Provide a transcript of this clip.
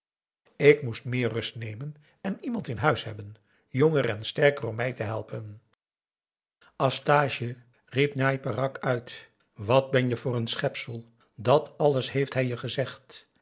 ik moest meer rust nemen en iemand in huis hebben jonger en sterker om mij te helpen astage riep njai peraq uit wat ben je voor een schepsel dat alles heeft hij je gezegd